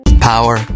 Power